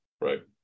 right